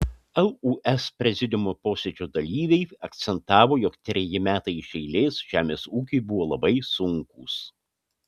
lūs prezidiumo posėdžio dalyviai akcentavo jog treji metai iš eilės žemės ūkiui buvo labai sunkūs